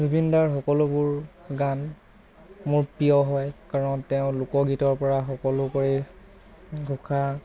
জুবিনদাৰ সকলোবোৰ গান মোৰ প্ৰিয় হয় কাৰণ তেওঁ লোকগীতৰ পৰা সকলো কৰি ঘোষা